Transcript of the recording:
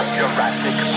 Jurassic